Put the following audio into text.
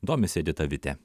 domisi edita vitė